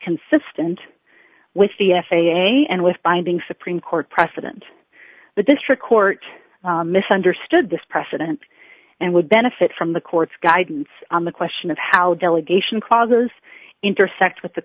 consistent with the f a a and with binding supreme court precedent the district court misunderstood this precedent and would benefit from the court's guidance on the question of how delegation clauses intersect with the